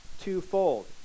twofold